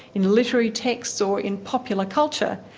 in literary texts or in popular culture,